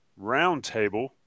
Roundtable